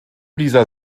dieser